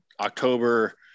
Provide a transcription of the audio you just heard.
October